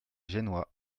génois